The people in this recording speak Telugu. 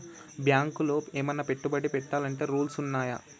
బ్యాంకులో ఏమన్నా పెట్టుబడి పెట్టాలంటే రూల్స్ ఉన్నయా?